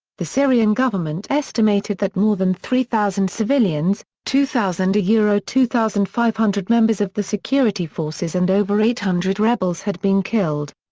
the syrian government estimated that more than three thousand civilians, two thousand yeah two thousand five hundred members of the security forces and over eight hundred rebels had been killed.